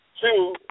Two